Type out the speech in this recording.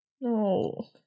No